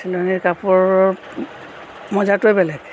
চিলনি কাপোৰ মজাটোৱে বেলেগ